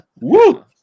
woo